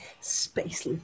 Space